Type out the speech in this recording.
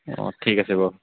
অ ঠিক আছে বাৰু